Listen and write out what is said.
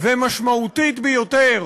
ומשמעותית ביותר